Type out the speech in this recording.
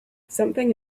something